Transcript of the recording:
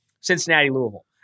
Cincinnati-Louisville